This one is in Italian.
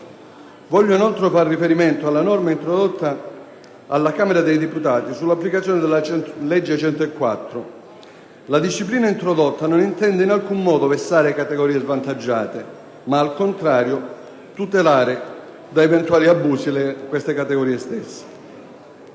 Voglio inoltre far riferimento alla norma introdotta dalla Camera dei deputati relativa all'applicazione della legge n. 104 del 1992. La disciplina introdotta non intende in alcun modo vessare categorie svantaggiate ma, al contrario, tutelarle da eventuali abusi. Vi è poi la